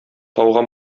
тауга